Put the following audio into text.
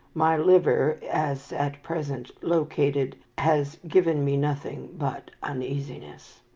my liver, as at present located, has given me nothing but uneasiness.